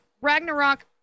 Ragnarok